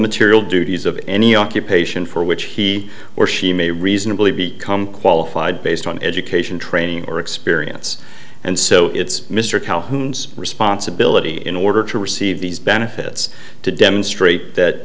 material duties of any occupation for which he or she may reasonably become qualified based on education training or experience and so it's mr calhoun's responsibility in order to receive these benefits to demonstrate that